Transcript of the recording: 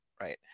Right